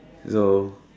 go